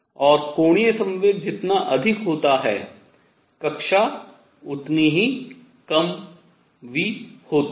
और कोणीय संवेग जितना अधिक होता है कक्षा उतनी ही कम v होती है